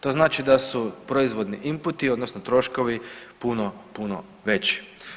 To znači da su proizvodni inputi odnosno troškovi puno puno veći.